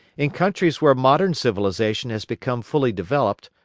in countries where modern civilisation has become fully developed,